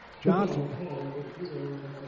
Johnson